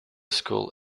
school